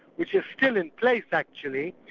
which is still in place actually,